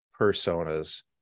personas